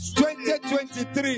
2023